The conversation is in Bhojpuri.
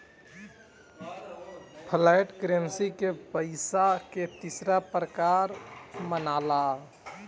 फ्लैट करेंसी के पइसा के तीसरा प्रकार मनाला